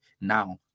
now